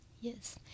Yes